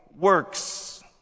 works